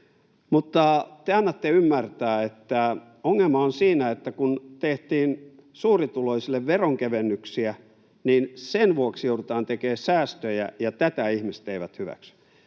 Mutta te annatte ymmärtää, että ongelma on siinä, että kun tehtiin suurituloisille veronkevennyksiä, niin sen vuoksi joudutaan tekemään säästöjä ja tätä ihmiset eivät hyväksy.